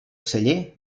celler